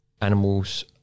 animals